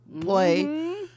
play